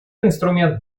инструмент